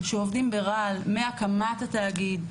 שעובדים ברעל מהקמת התאגיד,